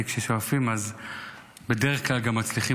כי כששואפים אז בדרך כלל גם מצליחים,